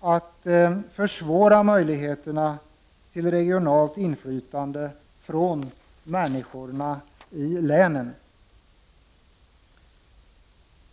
att försvåra möjligheterna till regionalt inflytande för människorna i länen?